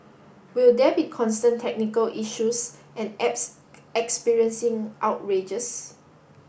will there be constant technical issues and apps experiencing outrages